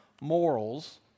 morals